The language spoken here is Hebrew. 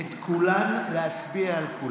התחילו במקום הכי